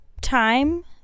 time